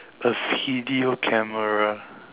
a video camera